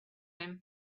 him